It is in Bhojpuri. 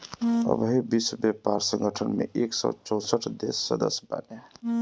अबही विश्व व्यापार संगठन में एक सौ चौसठ देस सदस्य बाने